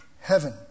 heaven